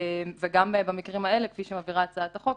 וגם במקרים האלה כפי שמבהירה הצעת החוק